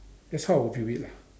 that's how I would view it lah